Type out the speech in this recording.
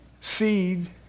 seed